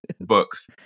books